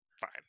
fine